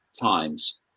times